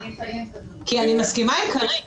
אני מ-לפמ,